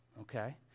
okay